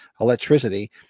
electricity